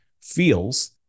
feels